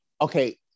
okay